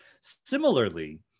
Similarly